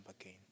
again